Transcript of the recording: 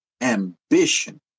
Ambition